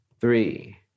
three